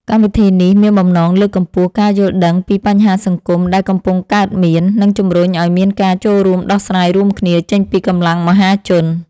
កម្មវិធីនេះមានបំណងលើកកម្ពស់ការយល់ដឹងពីបញ្ហាសង្គមដែលកំពុងកើតមាន និងជំរុញឱ្យមានការចូលរួមដោះស្រាយរួមគ្នាចេញពីកម្លាំងមហាជន។